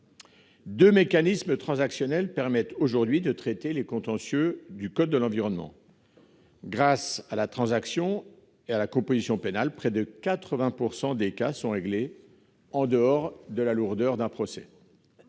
Deux mécanismes transactionnels permettent aujourd'hui de traiter les contentieux relevant du code de l'environnement. Grâce à la transaction et la composition pénales, près de 80 % des cas sont réglés en évitant la lourdeur d'un procès.